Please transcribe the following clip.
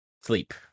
sleep